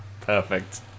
Perfect